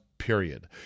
Period